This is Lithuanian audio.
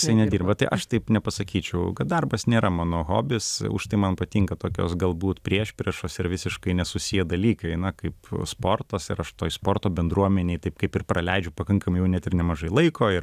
jisai nedirba tai aš taip nepasakyčiau kad darbas nėra mano hobis užtai man patinka tokios galbūt priešpriešos ir visiškai nesusiję dalykai na kaip sportas ir aš toj sporto bendruomenėj taip kaip ir praleidžiu pakankamai jau net ir nemažai laiko ir